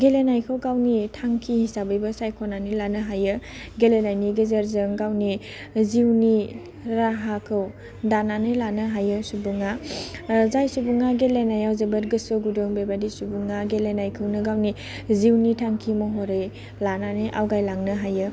गेलेनायखौ गावनि थांखि हिसाबैबो सायख'नानै लानो हायो गेलेनायनि गेजेरजों गावनि जिउनि राहाखौ दानानै लानो हायो सुबुङा जाय सुबुङा लेगेनायाव जोबोद गोसो गुदुं बेबायदि सुबुङा गेलेनायखौनो गावनि जिउनि थांखि महरै लानानै आवगायलांनो हायो